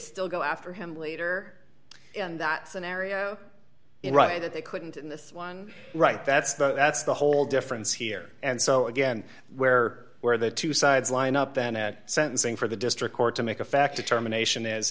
still go after him later in that scenario in writing that they couldn't in this one right that's the that's the whole difference here and so again where were the two sides line up then at sentencing for the district court to make a fact determination is